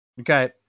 Okay